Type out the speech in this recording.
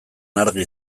argi